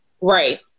Right